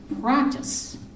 practice